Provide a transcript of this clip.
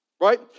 Right